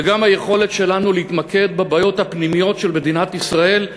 וגם היכולת שלנו להתמקד בבעיות הפנימיות של מדינת ישראל,